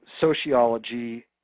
sociology